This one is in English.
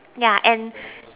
yeah and